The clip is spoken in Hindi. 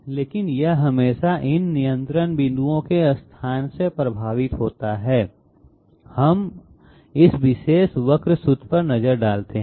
लेकिन यह हमेशा इन नियंत्रण बिंदुओं के स्थान से प्रभावित होता है अब हम इस विशेष वक्र सूत्र पर एक नजर डालते हैं